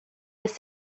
his